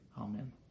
Amen